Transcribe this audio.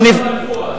פואד.